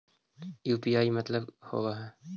UPI मतलब का होब हइ?